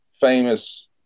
famous